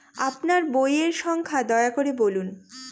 আপনার বইয়ের সংখ্যা দয়া করে বলুন?